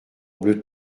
bleu